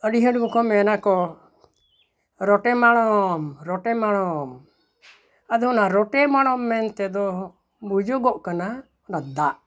ᱟᱰᱤ ᱦᱚᱲ ᱜᱮᱠᱚ ᱢᱮᱱᱟᱠᱚ ᱨᱚᱴᱮ ᱢᱟᱲᱚᱢ ᱨᱮᱴᱮ ᱢᱟᱲᱚᱢ ᱟᱫᱚ ᱚᱱᱟ ᱨᱮᱴᱮ ᱢᱟᱲᱚᱢ ᱢᱮᱱᱛᱮᱫᱚ ᱵᱩᱡᱩᱜᱚᱜ ᱠᱟᱱᱟ ᱚᱱᱟ ᱫᱟᱜ